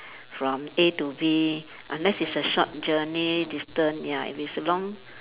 from A to B unless it's a short journey distant ya if it's a long